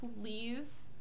please